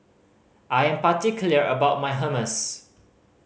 I am particular about my Hummus